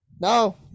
No